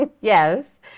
yes